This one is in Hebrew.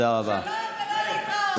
שלום ולא להתראות.